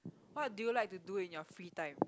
what do you like to do in your free time